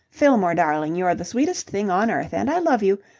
fillmore, darling, you're the sweetest thing on earth, and i love you,